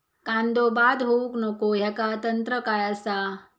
कांदो बाद होऊक नको ह्याका तंत्र काय असा?